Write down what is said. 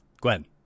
Gwen